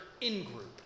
in-group